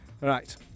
Right